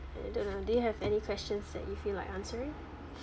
uh donna do you have any questions that you feel like answering